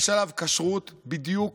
יש עליו כשרות בדיוק